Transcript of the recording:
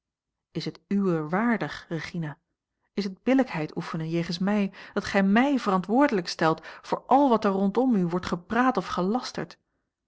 is het uwer waardig regina is het billijkheid oefenen jegens mij dat gij mij verantwoordelijk stelt voor al wat er rondom u wordt gepraat of gelasterd